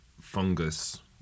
fungus